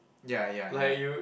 ya ya ya